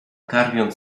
karmiąc